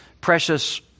precious